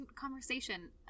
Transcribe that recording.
conversation